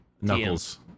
Knuckles